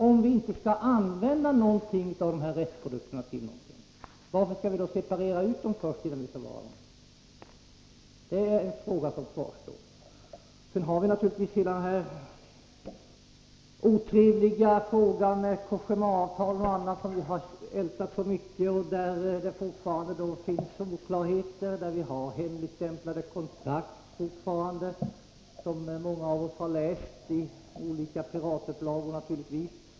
Om vi inte skall använda någon av restprodukterna till någonting, varför skall vi då separera ut dem? Det är frågor som kvarstår. Sedan har vi naturligtvis den otrevliga frågan med Cogémaavtal och annat som har ältats så mycket. Där finns det fortfarande oklarheter. Det finns fortfarande hemligstämplade kontrakt som många av oss har läst, i olika piratupplagor naturligtvis.